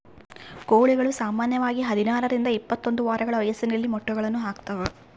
ಕೋಳಿಗಳು ಸಾಮಾನ್ಯವಾಗಿ ಹದಿನಾರರಿಂದ ಇಪ್ಪತ್ತೊಂದು ವಾರಗಳ ವಯಸ್ಸಿನಲ್ಲಿ ಮೊಟ್ಟೆಗಳನ್ನು ಹಾಕ್ತಾವ